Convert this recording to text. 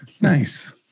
Nice